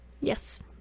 Yes